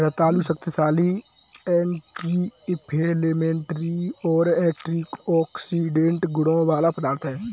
रतालू शक्तिशाली anti inflammatory और एंटीऑक्सीडेंट गुणों वाला पदार्थ है